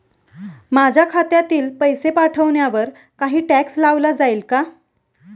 माझ्या खात्यातील पैसे पाठवण्यावर काही टॅक्स लावला जाईल का?